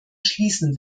schließen